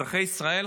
אזרחי ישראל,